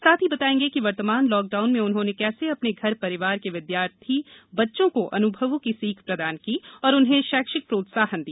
साथ ही बताएंग कि वर्तमान लॉकडाउन में उन्होंन कप्स अपन घरपरिवार का विद्यार्थी बच्चों का अन्भवों की सीख प्रदान की या उन्हें शक्षिक प्राप्साहन प्रदान किया